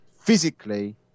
physically